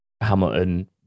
Hamilton